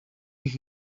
und